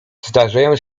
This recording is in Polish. zdarzają